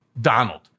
Donald